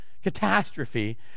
catastrophe